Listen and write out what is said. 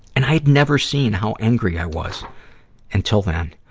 and i'd never seen how angry i was until then.